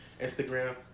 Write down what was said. Instagram